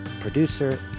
producer